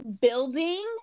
building